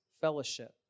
fellowship